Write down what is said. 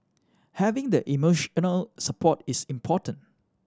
having the emotional support is important